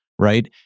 right